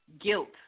guilt